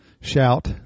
shout